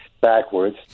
backwards